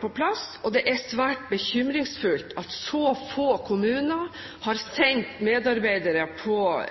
på plass, og det er svært bekymringsfullt at så få kommuner har sendt medarbeidere